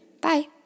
Bye